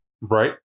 Right